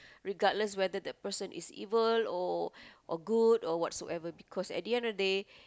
regardless whether that person is evil or good or what so ever because at the end of the day